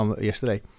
yesterday